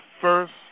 first